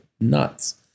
nuts